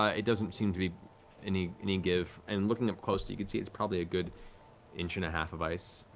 ah it doesn't seem to be any any give. and looking up close, you can see it's probably a good inch and a half of ice.